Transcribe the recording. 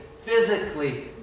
physically